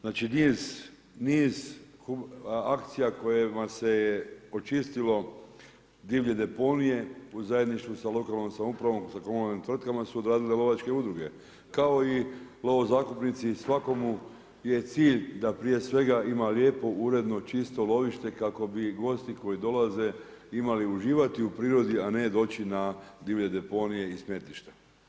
Znači niz akcija koje vam se je očistilo divlje deponije u zajedništvu sa lokalnom samoupravom, sa komunalnim tvrtkama su odradile lovačke udruge kao i lovozakupnici svakome je cilj da prije svega ima lijepo uredno čisto lovište kako bi gosti koji dolaze imali uživati u prirodi, a ne doći na divlje deponije i smetlišta.